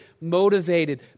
motivated